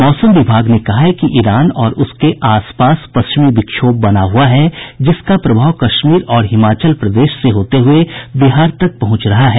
मौसम विभाग ने कहा है कि ईरान और उसके आस पास पश्चिमी विक्षोभ बना हुआ है जिसका प्रभाव कश्मीर और हिमाचल प्रदेश से होते हुए बिहार तक पहुंच रहा है